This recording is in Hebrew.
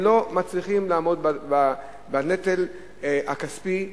הם לא מצליחים לעמוד בנטל הכספי,